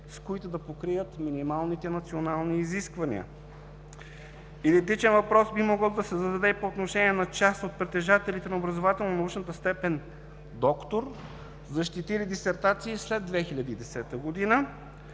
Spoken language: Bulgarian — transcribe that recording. с които да покрият минималните национални изисквания? Идентичен въпрос би могло да се зададе и по отношение на част от притежателите на образователно научната степен „доктор“, защитили дисертации след 2010 г. Логично